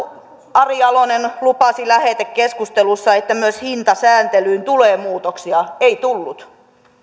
ari jalonen lupasi lähetekeskustelussa että myös hintasääntelyyn tulee muutoksia ei tullut